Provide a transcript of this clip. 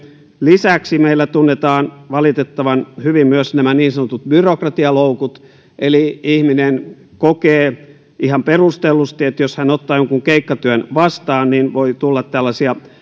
lisäksi meillä tunnetaan valitettavan hyvin myös nämä niin sanotut byrokratialoukut eli ihminen kokee ihan perustellusti että jos hän ottaa jonkun keikkatyön vastaan niin voi tulla tällaisia